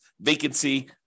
vacancy